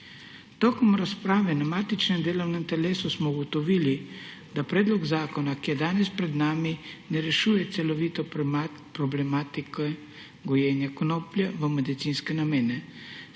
Med razpravo na matičnem delovnem telesu smo ugotovili, da predlog zakona, ki je danes pred nami, celovito ne rešuje problematike gojenja konoplje v medicinske namene.